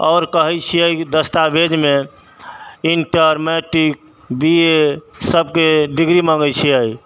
आओर कहै छिए दस्तावेजमे इन्टर मैट्रिक बी ए सबके डिग्री माँगै छै